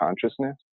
consciousness